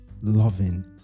loving